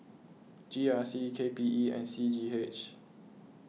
G R C K P E and C G H